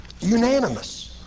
Unanimous